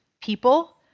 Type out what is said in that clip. people